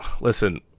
listen